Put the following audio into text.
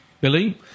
Billy